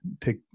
take